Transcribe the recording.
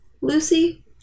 Lucy